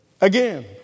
again